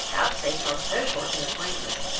vouchsafed on so short an acquaintance,